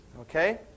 Okay